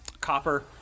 Copper